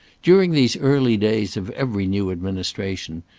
during these early days of every new administration,